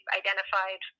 identified